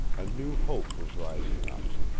a new hope was rising up.